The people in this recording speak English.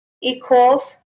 equals